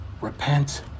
repent